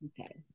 Okay